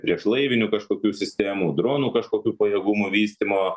priešlaivinių kažkokių sistemų dronų kažkokių pajėgumų vystymo